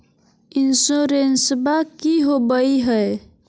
इंसोरेंसबा की होंबई हय?